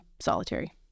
solitary